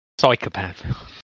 Psychopath